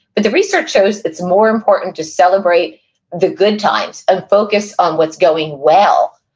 but the research shows it's more important to celebrate the good times, and focus on what's going well,